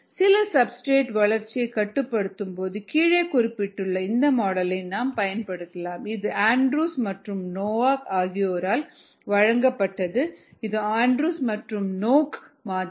சில சப்ஸ்டிரேட் வளர்ச்சியைக் கட்டுப்படுத்தும் போது கீழே குறிப்பிட்டுள்ள இந்த மாடலை நாம் பயன்படுத்தலாம் இது ஆண்ட்ரூஸ் மற்றும் நோக் ஆகியோரால் வழங்கப்பட்டது mSKsSK1K1S இது ஆண்ட்ரூஸ் மற்றும் நோக் மாதிரி